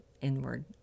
inward